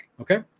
Okay